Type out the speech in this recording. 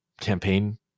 campaign